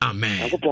Amen